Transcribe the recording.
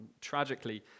Tragically